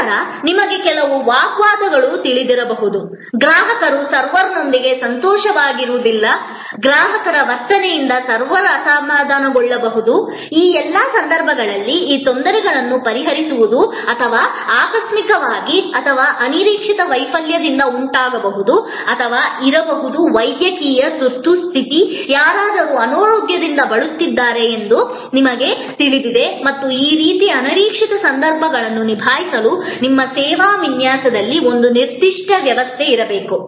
ನಂತರ ನಿಮಗೆ ಕೆಲವು ವಾಗ್ವಾದಗಳು ತಿಳಿದಿರಬಹುದು ಗ್ರಾಹಕರು ಸರ್ವರ್ನೊಂದಿಗೆ ಸಂತೋಷಗೊಂಡಿರುವುದಿಲ್ಲ ಗ್ರಾಹಕರ ವರ್ತನೆಯಿಂದ ಸರ್ವರ್ ಅಸಮಾಧಾನಗೊಳ್ಳಬಹುದು ಈ ಎಲ್ಲಾ ಸಂದರ್ಭಗಳಲ್ಲಿ ಈ ತೊಂದರೆಗಳನ್ನು ಪರಿಹರಿಸುವುದು ಅಥವಾ ಆಕಸ್ಮಿಕವಾಗಿ ಅಥವಾ ಅನಿರೀಕ್ಷಿತ ವೈಫಲ್ಯದಿಂದ ಉಂಟಾಗಬಹುದು ಅಥವಾ ಇರಬಹುದು ವೈದ್ಯಕೀಯ ತುರ್ತುಸ್ಥಿತಿ ಯಾರಾದರೂ ಅನಾರೋಗ್ಯದಿಂದ ಬಳಲುತ್ತಿದ್ದಾರೆ ಎಂದು ನಿಮಗೆ ತಿಳಿದಿದೆ ಮತ್ತು ಈ ರೀತಿಯ ಅನಿರೀಕ್ಷಿತ ಸಂದರ್ಭಗಳನ್ನು ನಿಭಾಯಿಸಲು ನಿಮ್ಮ ಸೇವಾ ವಿನ್ಯಾಸದಲ್ಲಿ ಒಂದು ನಿರ್ದಿಷ್ಟ ವ್ಯವಸ್ಥೆ ಇರಬೇಕು